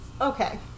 Okay